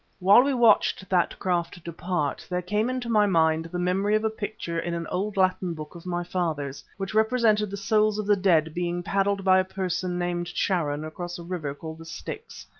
while we watched that craft depart there came into my mind the memory of a picture in an old latin book of my father's, which represented the souls of the dead being paddled by a person named charon across a river called the styx.